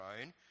own